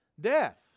death